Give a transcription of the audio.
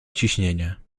ciśnienie